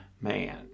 man